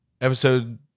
episode